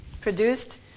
Produced